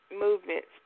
Movements